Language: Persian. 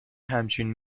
همچین